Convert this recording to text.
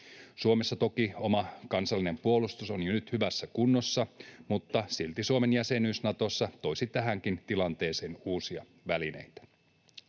Suomessa toki oma kansallinen puolustus on jo nyt hyvässä kunnossa, mutta silti Suomen jäsenyys Natossa toisi tähänkin tilanteeseen uusia välineitä.